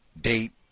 date